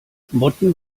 motten